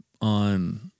on